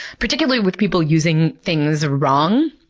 particularly with people using things wrong.